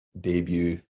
debut